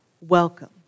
welcome